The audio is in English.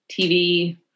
TV